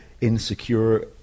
insecure